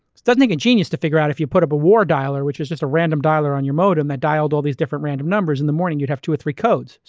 doesnaeurt take a genius to figure out if you put up a war dialer, which is just a random dialer on your modem that dialed all these different random numbers in the morning, you'd have two or three codes.